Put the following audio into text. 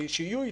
שיהיו איתי,